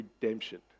redemption